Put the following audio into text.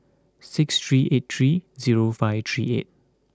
six three eight three zero five three eight